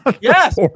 Yes